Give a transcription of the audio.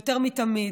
יותר מתמיד.